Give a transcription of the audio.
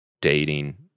dating